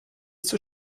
zur